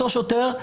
אותו שוטר,